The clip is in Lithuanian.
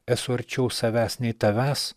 esu arčiau savęs nei tavęs